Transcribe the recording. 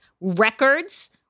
records